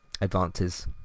advances